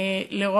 לאתי,